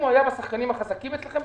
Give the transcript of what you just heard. אם הוא היה בשחקנים החזקים אצלכם בציבור,